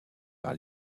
par